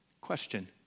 Question